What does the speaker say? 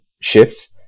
shifts